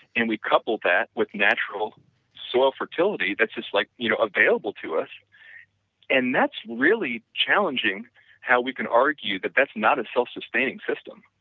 and we couple that with natural soil fertility that's just like you know available to us and that's really challenging how we can argue that that's not a self-sustaining system.